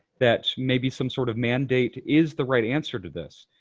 that maybe some sort of mandate is the right answer to this?